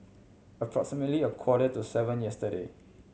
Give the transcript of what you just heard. approximately a quarter to seven yesterday